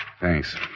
Thanks